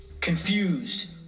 confused